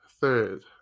third